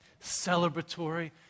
celebratory